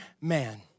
man